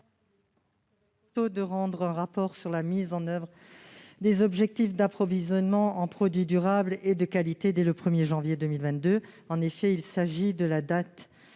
de rendre un rapport sur la mise en oeuvre des objectifs d'approvisionnement en produits durables et de qualité dès le 1 janvier 2022, date même de l'entrée